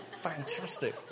Fantastic